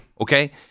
Okay